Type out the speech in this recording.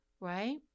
right